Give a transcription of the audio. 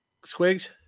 squigs